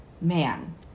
man